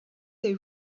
they